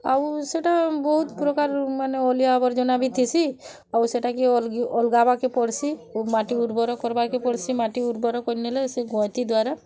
ଆଉ ସେଟା ବହୁତ୍ ପ୍ରକାର୍ ମାନେ ଅଲିଆ ଆବର୍ଜନା ବି ଥିସି ଆଉ ସେଟାକେ ଅଲଗାବାକେ ପଡ଼୍ସି ମାଟି ଉର୍ବର କର୍ବାକେ ପଡ଼୍ସି ମାଟି ଉର୍ବର କରିନେଲେ ସେ ଗଇନ୍ତି ଦ୍ଵାରା